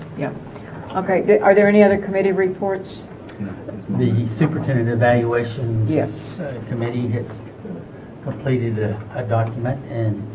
yeah okay are there any other committee reports the superintendent evaluation yes committee has completed a document